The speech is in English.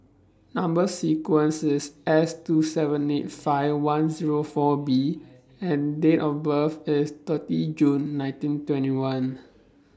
Number sequence IS S two seven eight five one Zero four B and Date of birth IS thirty June nineteen twenty one